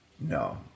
No